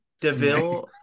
Deville